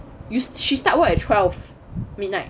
you she start work at twelve midnight